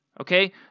okay